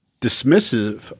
dismissive